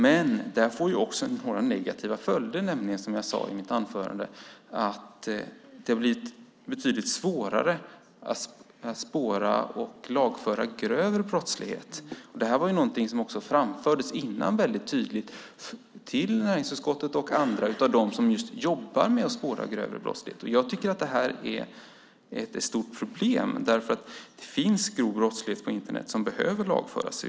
Men det här får också några negativa följder, som jag sade i mitt anförande, nämligen att det har blivit betydligt svårare att spåra och lagföra grövre brottslighet. Det här var någonting som också framfördes väldigt tydligt till näringsutskottet och andra av dem som just jobbar med att spåra grövre brottslighet. Jag tycker att det här är ett stort problem, eftersom det finns grov brottslighet på Internet som behöver lagföras.